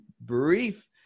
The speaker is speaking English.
brief